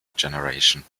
generation